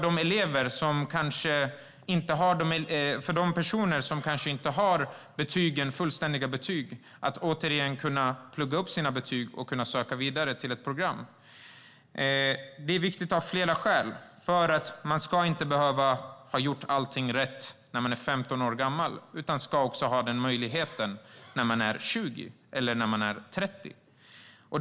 Det är också viktigt för de personer som kanske inte har fullständiga betyg att kunna plugga upp sina betyg och söka vidare till ett program. Det är viktigt av flera skäl. Man ska inte behöva ha gjort allting rätt när man är 15 år gammal. Man ska möjligheten även när man är 20 eller 30.